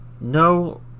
no